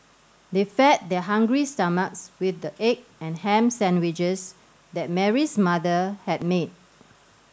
they fed their hungry stomachs with the egg and ham sandwiches that Mary's mother had made